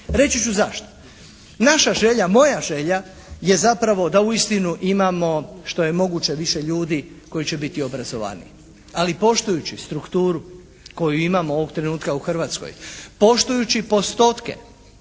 Reći ću zašto? Naša želja, moja želja je zapravo da uistinu imamo što je moguće više ljudi koji će biti obrazovani. Ali poštujući strukturu koju imamo ovog trenutka u Hrvatskoj, poštujući postotke